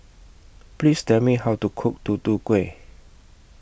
Please Tell Me How to Cook Tutu Kueh